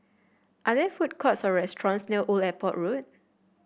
are there food courts or restaurants near Old Airport Road